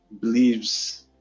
believes